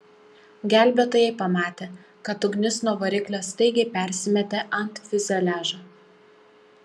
gelbėtojai pamatė kad ugnis nuo variklio staigiai persimetė ant fiuzeliažo